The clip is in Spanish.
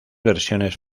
versiones